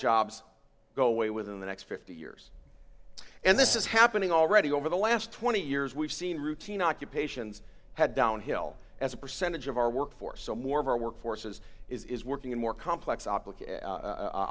jobs go away within the next fifty years and this is happening already over the last twenty years we've seen routine occupations had down hill as a percentage of our workforce so more of our work forces is working in more complex